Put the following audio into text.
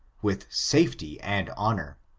with safety and honor.